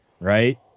right